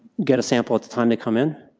get a sample at the time they come in?